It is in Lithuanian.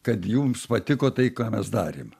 kad jums patiko tai ką mes darėm